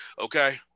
Okay